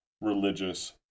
religious